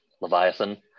Leviathan